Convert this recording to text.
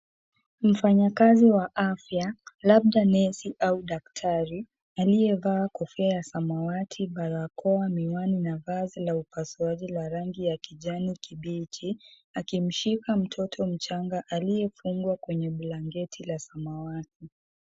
Mfanyikazi wa afya, labda nesi au daktari, aliyevaa kofia ya samawati, barakoa, miwani na vazi la rangi ya kijani kibichi. Akimshika mtoto mchanga aliyefungwa kwenye blanketi ya samawati.